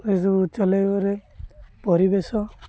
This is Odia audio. ଏ ଯେଉଁ ଚଲାଇବାରେ ପରିବେଶ